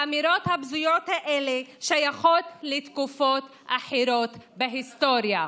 האמירות הבזויות האלה שייכות לתקופות אחרות בהיסטוריה.